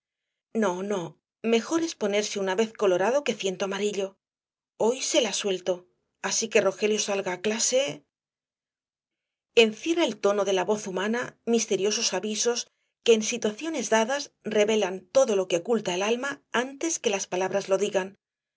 no no mejor es ponerse una vez colorado que ciento amarillo hoy se la suelto así que rogelio salga á clase encierra el tono de la voz humana misteriosos avisos que en situaciones dadas revelan todo lo que oculta el alma antes que las palabras lo digan la